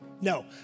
no